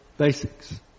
Basics